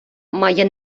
має